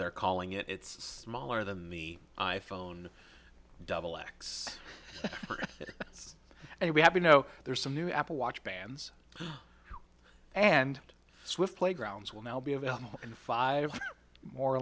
they're calling it it's smaller than the i phone double x and we have you know there's some new apple watch bands and swift playgrounds will now be available in five or